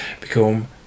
become